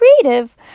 creative